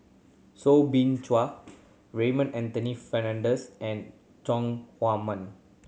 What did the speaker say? Soo Bin Chua Raymond Anthony Fernando and Chong Huamen